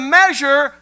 measure